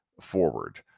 forward